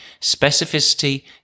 specificity